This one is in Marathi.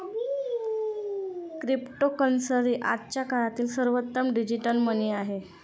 क्रिप्टोकरन्सी आजच्या काळातील सर्वोत्तम डिजिटल मनी आहे